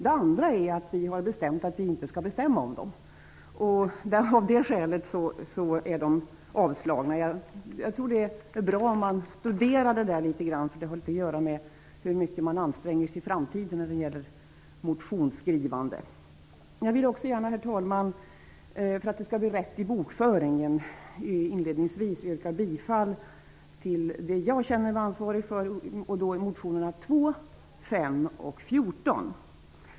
Ett annat skäl är att vi har bestämt att vi inte skall bestämma om dem. Av det skälet har de avstyrkts. Det vore bra om detta studerades litet grand, för det har att göra med hur mycket man anstränger sig i framtiden när det gäller motionsskrivande. Herr talman! Jag vill inledningsvis yrka bifall till de motioner som jag känner mig ansvarig för, motionerna 2, 5 och 14.